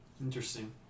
Interesting